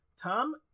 Tom